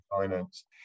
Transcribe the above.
finance